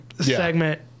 segment